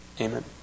Amen